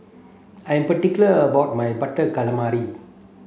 I am particular about my butter calamari